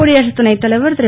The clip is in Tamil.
குடியரசுத் துணைத்தலைவர் திரு